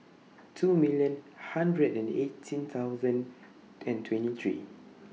two million hundred and eighteen thousand and twenty three